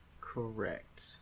Correct